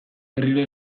berriro